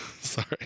sorry